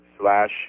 slash